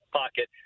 pocket